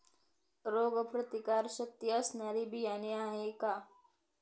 रोगप्रतिकारशक्ती असणारी बियाणे आहे का?